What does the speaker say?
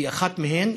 אחת מהן,